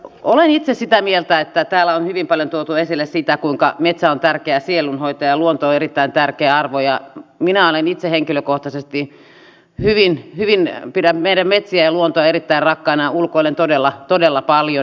olen itse sitä mieltä että täällä on hyvin paljon tuotu esille sitä kuinka metsä on tärkeä sielunhoitaja ja luonto on erittäin tärkeä arvo ja minä henkilökohtaisesti pidän meidän metsiämme ja luontoamme erittäin rakkaina ja ulkoilen todella todella paljon